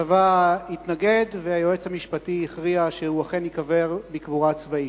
הצבא התנגד והיועץ המשפטי הכריע שהוא אכן ייקבר בקבורה צבאית.